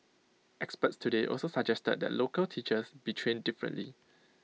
experts today also suggested that local teachers be trained differently